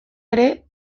ere